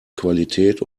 qualität